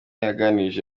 yaganirije